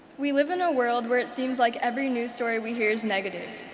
we live in a world where it seems like every news story we hear is negative.